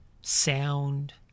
sound